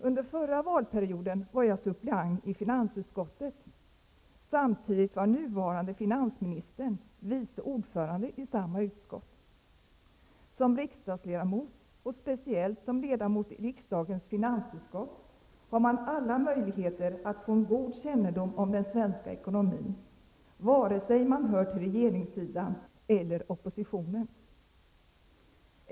Under förra valperioden var jag suppleant i finansutskottet. Samtidigt var nuvarande finansministern vice ordförande i samma utskott. Som riksdagsledamot, och speciellt som ledamot i riksdagens finansutskott, har man alla möjligheter att få en god kännedom om den svenska ekonomin vare sig man hör till regeringssidan eller oppositionen.